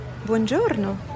Buongiorno